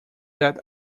that